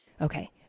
Okay